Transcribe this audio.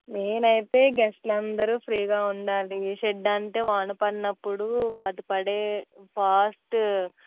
నేనైతే గెస్ట్లందరు ఫ్రీగా ఉండాలి షెడ్ అంటే వాన పడినప్పుడు వాటి పడే ఫాస్ట్